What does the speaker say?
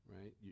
right